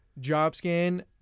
JobScan